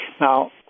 Now